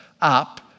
up